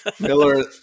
Miller